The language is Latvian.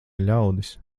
ļaudis